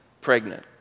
pregnant